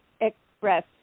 express